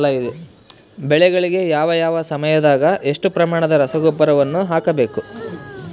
ಬೆಳೆಗಳಿಗೆ ಯಾವ ಯಾವ ಸಮಯದಾಗ ಎಷ್ಟು ಪ್ರಮಾಣದ ರಸಗೊಬ್ಬರವನ್ನು ಹಾಕಬೇಕು?